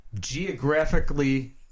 geographically